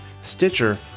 Stitcher